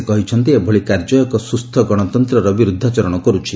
ସେ କହିଛନ୍ତି ଏଭଳି କାର୍ଯ୍ୟ ଏକ ସ୍ୱସ୍ଥ ଗଣତନ୍ତର ବିରୁଦ୍ଧାଚରଣ କରୁଛି